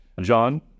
John